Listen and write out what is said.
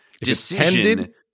decision